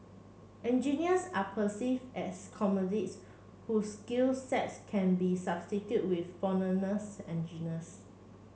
engineers are perceived as commodities whose skill sets can be substituted with foreigner's engineers